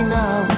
now